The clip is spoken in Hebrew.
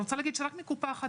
רק בקופה אחת,